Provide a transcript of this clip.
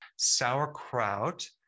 sauerkraut